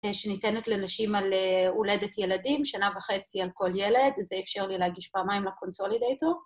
שניתנת לנשים על הולדת ילדים, שנה וחצי על כל ילד, זה אפשר לי להגיש פעמיים לקונסולידייטור.